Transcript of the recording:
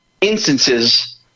instances